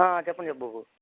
ఆ చెప్పండి చెప్పండి బాబు